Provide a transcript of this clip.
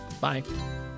bye